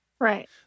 Right